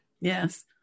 Yes